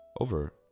Over